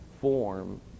form